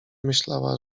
myślała